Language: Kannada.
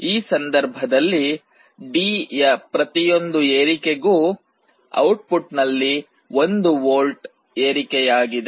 ಈ ಸಂಧರ್ಭದಲ್ಲಿ D ಯ ಪ್ರತಿಯೊಂದು ಏರಿಕೆಗೂ ಔಟ್ಪುಟ್ ನಲ್ಲಿ 1 ವೋಲ್ಟ್ ಏರಿಕೆಯಾಗಿದೆ